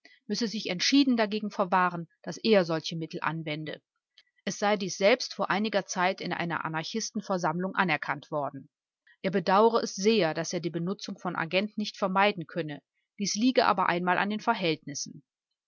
müsse sich entschieden dagegen verwahren daß er solche mittel anwende es sei dies selbst vor einiger zeit in einer anarchistenversammlung anerkannt worden er bedauere es sehr daß er die benutzung von agenten nicht vermeiden könne das liege aber einmal in den verhältnissen